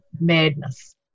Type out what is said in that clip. madness